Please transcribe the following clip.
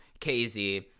KZ